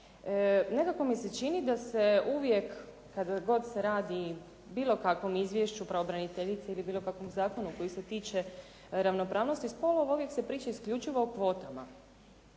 Nekako mi se čini da se uvijek kada god se radi o bilo kakvom izvješću pravobraniteljice ili bilo kakvom zakonu koji se tiče ravnopravnosti spolova, uvijek se priča isključivo o kvotama.